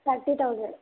thirty thousand